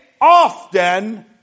often